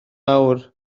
awr